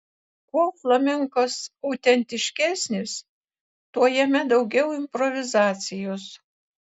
kuo flamenkas autentiškesnis tuo jame daugiau improvizacijos